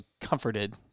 comforted